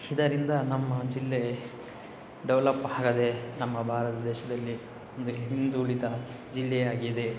ಇದರಿಂದ ನಮ್ಮ ಜಿಲ್ಲೆ ಡೆವಲಪ್ಪಾಗದೇ ನಮ್ಮ ಭಾರತ ದೇಶದಲ್ಲಿ ಒಂದು ಹಿಂದುಳಿದ ಜಿಲ್ಲೆಯಾಗಿದೆ